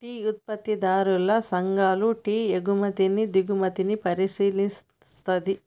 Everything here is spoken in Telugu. టీ ఉత్పత్తిదారుల సంఘాలు టీ ఎగుమతుల్ని దిగుమతుల్ని పరిశీలిస్తది